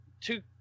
two